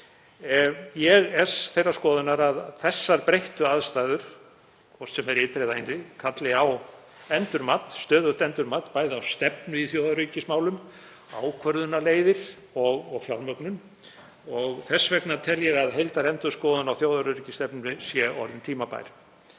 Ég er þeirrar skoðunar að þessar breyttu aðstæður, hvort sem þær ytri eða innri, kalli á endurmat, stöðugt endurmat, bæði á stefnu í þjóðaröryggismálum, ákvörðunarleiðir og fjármögnun. Þess vegna tel ég að heildarendurskoðun á þjóðaröryggisstefnunni sé orðin tímabær.